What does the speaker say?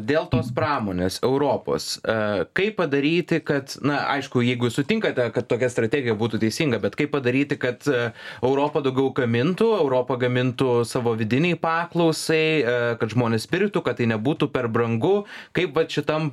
dėl tos pramonės europos a kaip padaryti kad na aišku jeigu sutinkate kad tokia strategija būtų teisinga bet kaip padaryti kad europa daugiau gamintų europa gamintų savo vidinei paklausai kad žmonės pirktų kad tai nebūtų per brangu kaip vat šitam